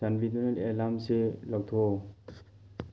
ꯆꯥꯟꯕꯤꯗꯨꯅ ꯑꯦꯂꯥꯔꯝꯁꯤ ꯂꯧꯊꯣꯛꯎ